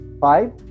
five